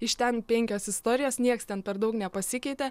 iš ten penkios istorijos nieks ten per daug nepasikeitė